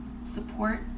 support